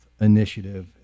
initiative